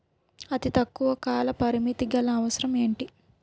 అతి తక్కువ కాల పరిమితి గల అవసరం ఏంటి